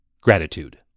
Gratitude